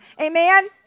Amen